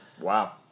wow